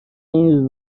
این